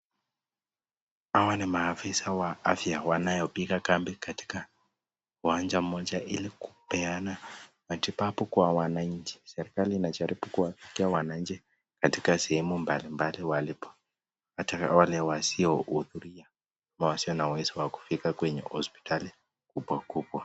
Hawa ni maofisa ya afya wanopima kambi katika kiwanja moja hili kupeana matibabu Kwa wananchi serkali kuwa kuabukia wananchi katika sehemu mbalimbali walipo hata wazihudhuria mawasiane kufika kwenye hospitali kubwa kubwa.